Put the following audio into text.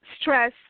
stress